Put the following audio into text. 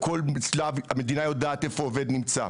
בכל שלב המדינה יודעת איפה כל עובד נמצא.